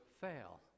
fail